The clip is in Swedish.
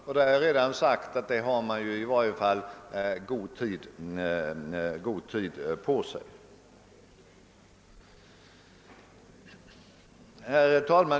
Jag har redan sagt att man i varje fall har god tid på sig för den saken. Herr talman!